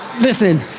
Listen